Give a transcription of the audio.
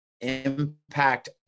impact